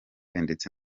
ndetse